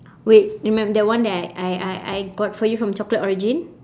wait remem~ that one that I I I I got for you from chocolate origin